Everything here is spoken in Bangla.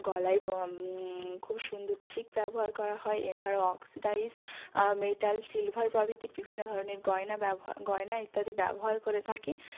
গলায় খুব সুন্দর চিক ব্যবহার করা হয় এছাড়া অক্সিডাইসড মেটাল সিলভার প্রভূতির বিভিন্ন ধরনের গয়না ব্যবহার গয়না ইত্যাদি ব্যবহার করে থাকি